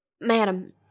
Madam